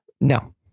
No